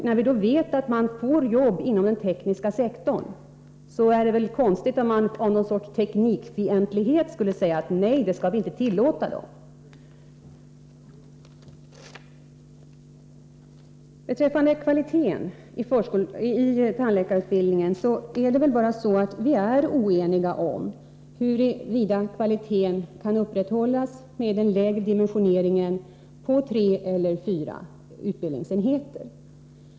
När vi då vet att man får jobb inom den tekniska sektorn, vore det konstigt om vi av någon sorts teknikfientlighet skulle säga: Nej, det skall vi inte tillåta! Beträffande kvaliteten i tandläkarutbildningen är det bara så att vi är oeniga om huruvida kvaliteten kan upprätthållas med den lägre dimensioneringen på tre eller fyra utbildningsenheter.